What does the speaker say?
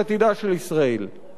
ואדוני,